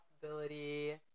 possibility